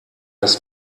das